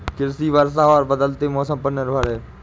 कृषि वर्षा और बदलते मौसम पर निर्भर है